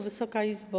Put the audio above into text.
Wysoka Izbo!